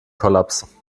kollaps